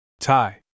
Thai